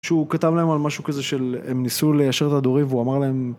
שהוא כתב להם על משהו כזה של הם ניסו ליישר את הדורים והוא אמר להם